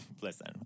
Listen